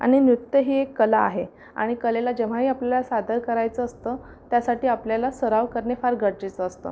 आणि नृत्य ही एक कला आहे आणि कलेला जेव्हाही आपल्याला सादर करायचं असतं त्यासाठी आपल्याला सराव करणे फार गरजेचं असतं